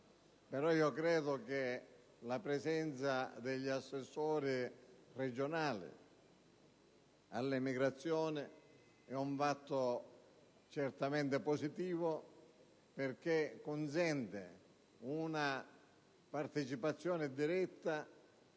Credo però che la presenza degli assessori regionali all'emigrazione sia un fatto certamente positivo, perché consente una partecipazione diretta